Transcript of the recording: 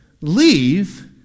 leave